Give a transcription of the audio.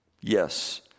Yes